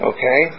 Okay